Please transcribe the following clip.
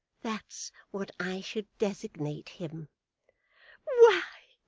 that's what i should designate him why,